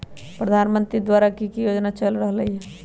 प्रधानमंत्री द्वारा की की योजना चल रहलई ह?